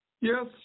Yes